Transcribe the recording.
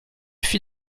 fit